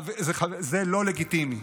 זה לא לגיטימי.